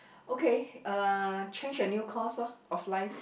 okay uh change a new course orh of life